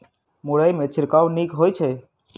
मुरई मे छिड़काव नीक होइ छै?